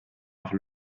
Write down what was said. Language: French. par